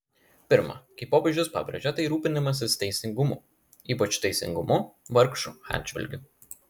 pirma kaip popiežius pabrėžė tai rūpinimasis teisingumu ypač teisingumu vargšų atžvilgiu